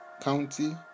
county